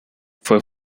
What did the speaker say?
fue